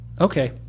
Okay